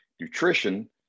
nutrition